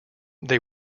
they